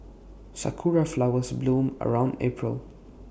Sakura Flowers bloom around April